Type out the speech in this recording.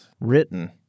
written